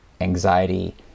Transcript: anxiety